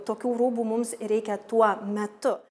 tokių rūbų mums reikia tuo metu